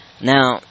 Now